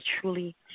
truly